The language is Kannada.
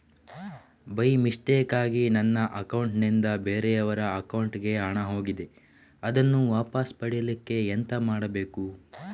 ಬೈ ಮಿಸ್ಟೇಕಾಗಿ ನನ್ನ ಅಕೌಂಟ್ ನಿಂದ ಬೇರೆಯವರ ಅಕೌಂಟ್ ಗೆ ಹಣ ಹೋಗಿದೆ ಅದನ್ನು ವಾಪಸ್ ಪಡಿಲಿಕ್ಕೆ ಎಂತ ಮಾಡಬೇಕು?